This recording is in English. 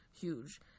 huge